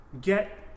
get